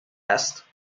است